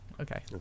Okay